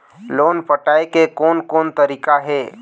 Loan पटाए के कोन कोन तरीका हे?